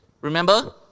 Remember